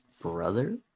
brother